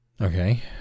Okay